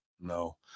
no